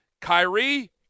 Kyrie